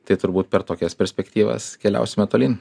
tai turbūt per tokias perspektyvas keliausime tolyn